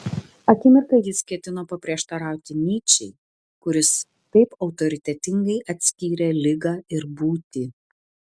akimirką jis ketino paprieštarauti nyčei kuris taip autoritetingai atskyrė ligą ir būtį